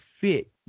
Fit